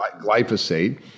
glyphosate